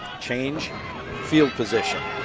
change field position.